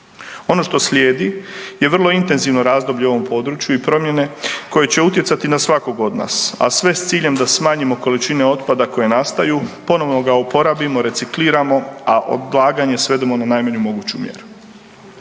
Ono što slijedi je vrlo intenzivno razdoblje u ovom području i promjene koje će utjecati na svakog od nas, a sve s ciljem da smanjimo količine otpada koje nastaju, ponovno ga oporabimo, recikliramo, a odlaganje svedemo na najmanju moguću mjeru.